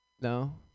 No